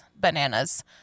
bananas